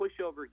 pushover